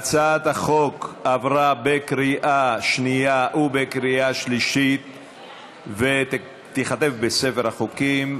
הצעת החוק עברה בקריאה שנייה ובקריאה שלישית ותיכתב בספר החוקים.